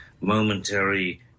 momentary